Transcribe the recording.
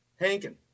Hankin